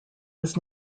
was